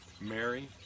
Mary